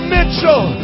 Mitchell